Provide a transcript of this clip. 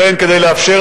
לכן, הדרך